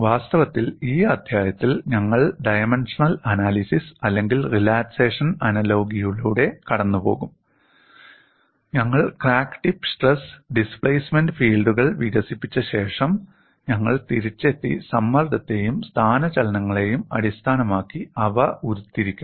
വാസ്തവത്തിൽ ഈ അധ്യായത്തിൽ ഞങ്ങൾ ഡൈമൻഷണൽ അനാലിസിസ് അല്ലെങ്കിൽ റിലാക്സേഷൻ അനലോഗിയിലൂടെ പോകും ഞങ്ങൾ ക്രാക്ക് ടിപ്പ് സ്ട്രെസ് ഡിസ്പ്ലേസ്മെന്റ് ഫീൽഡുകൾ വികസിപ്പിച്ച ശേഷം ഞങ്ങൾ തിരിച്ചെത്തി സമ്മർദ്ദത്തെയും സ്ഥാനചലനങ്ങളെയും അടിസ്ഥാനമാക്കി അവ ഉരുത്തിരിക്കും